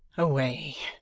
away,